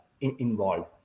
involved